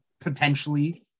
potentially